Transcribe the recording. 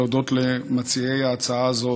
אני רוצה להודות למציעי ההצעה הזאת.